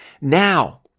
now